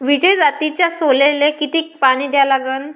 विजय जातीच्या सोल्याले किती पानी द्या लागन?